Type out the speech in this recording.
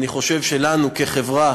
אני חושב שלנו כחברה